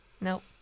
Nope